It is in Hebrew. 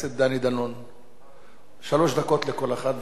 שלוש דקות לכל אחד, ונא להקפיד על הזמן.